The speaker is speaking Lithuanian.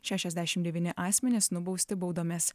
šešiasdešim devyni asmenys nubausti baudomis